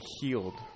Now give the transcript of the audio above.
healed